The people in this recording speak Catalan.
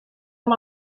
amb